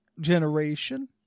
generation